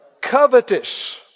Covetous